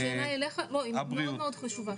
אופיר, שאלה אליך, היא מאוד מאוד חשובה.